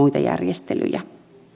ja muita järjestelyjä